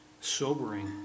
sobering